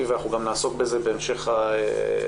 ואנחנו גם נעסוק בזה בהמשך העבודה.